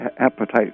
appetite